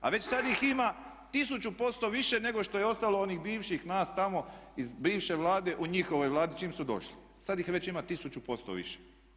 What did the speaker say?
A već sad ih ima 1000% više nego što je ostalo onih bivših nas tamo iz bivše Vlade u njihovoj Vladi čim su došli, sad ih već ima 1000% više.